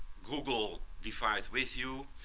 google device with you,